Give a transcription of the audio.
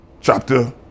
chapter